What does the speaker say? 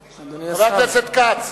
היושב-ראש.